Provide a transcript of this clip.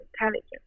intelligence